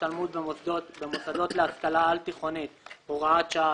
להשתלמות במוסדות להשכלה על-תיכונית)(הוראת שעה),